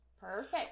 Perfect